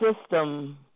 system